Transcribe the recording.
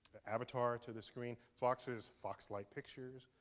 avatar to the screen. fox is foxlight pictures,